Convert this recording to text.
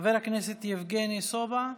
חבר הכנסת יבגני סובה,